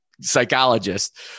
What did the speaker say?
psychologist